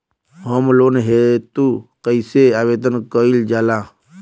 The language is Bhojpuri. होम लोन हेतु कइसे आवेदन कइल जाला?